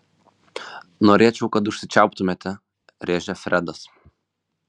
norėčiau kad užsičiauptumėte rėžia fredas